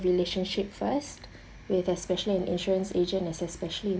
a relationship first with especially an insurance agent as especially